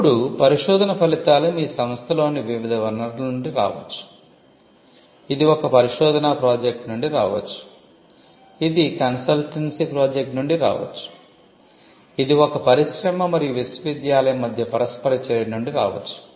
ఇప్పుడు పరిశోధన ఫలితాలు మీ సంస్థలోని వివిధ వనరుల నుండి రావచ్చు ఇది ఒక పరిశోధనా ప్రాజెక్ట్ నుండి రావచ్చు ఇది కన్సల్టెన్సీ ప్రాజెక్ట్ నుండి రావచ్చు ఇది ఒక పరిశ్రమ మరియు విశ్వవిద్యాలయం మధ్య పరస్పర చర్య నుండి రావచ్చు